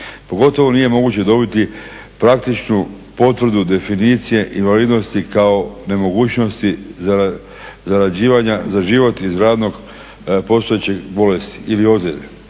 pogotovo nije moguće dobiti praktičnu potvrdu definicije invalidnosti kao nemogućnosti zarađivanja za život iz radnog postojeće bolesti ili ozljede,